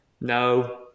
No